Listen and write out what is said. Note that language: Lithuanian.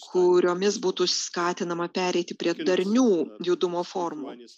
kuriomis būtų skatinama pereiti prie darnių judumo formų